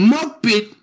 Muppet